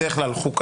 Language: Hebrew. בדרך כלל חוקה,